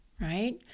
right